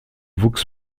wuchs